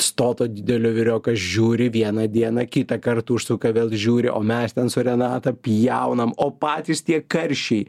stoto didelio vyriokas žiūri vieną dieną kitąkart užsuka vėl žiūri o mes ten su renata pjaunam o patys tie karščiai